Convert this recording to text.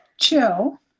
chill